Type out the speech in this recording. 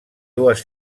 dues